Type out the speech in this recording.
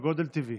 משקפיים.